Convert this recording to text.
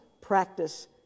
practice